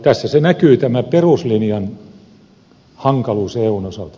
tässä näkyy tämä peruslinjan hankaluus eun osalta